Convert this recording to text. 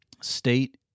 state